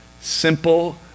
simple